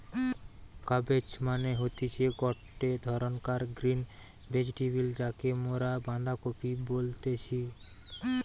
cabbage মানে হতিছে গটে ধরণকার গ্রিন ভেজিটেবল যাকে মরা বাঁধাকপি বলতেছি